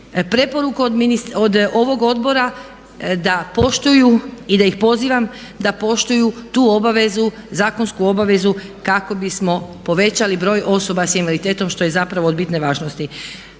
preporuku od ovog Odbora da poštuju i da ih pozivam da poštuju tu obavezu, zakonsku obavezu kako bismo povećali broj osoba sa invaliditetom što je zapravo od bitne važnosti.